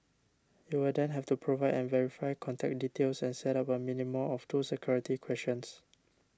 you will then have to provide and verify contact details and set up a minimum of two security questions